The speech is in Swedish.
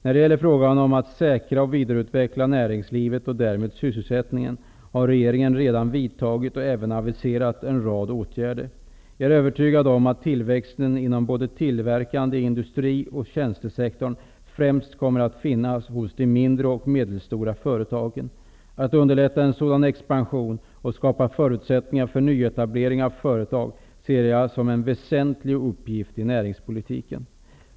När det gäller frågan om att säkra och vidareutveckla näringslivet och därmed sysselsättningen har regeringen redan vidtagit och även aviserat en rad åtgärder. Jag är övertygad om att tillväxten inom både tillverkande industri och tjänstesektorn främst kommer att finnas hos de mindre och medelstora företagen. Att underlätta en sådan expansion och skapa förutsättningar för nyetablering av företag ser jag som en väsentlig uppgift i näringspolitiken.